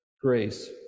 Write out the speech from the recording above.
grace